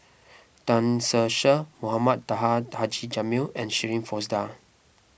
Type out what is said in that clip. Tan Ser Cher Mohamed Taha Haji Jamil and Shirin Fozdar